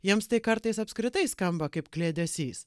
jiems tai kartais apskritai skamba kaip kliedesys